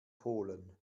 polen